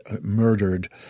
murdered